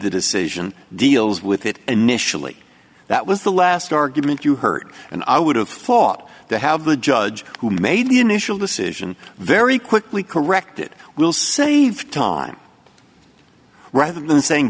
the decision deals with it initially that was the last argument you heard and i would have thought to have the judge who made the initial decision very quickly corrected we'll save time rather than saying